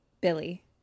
Billy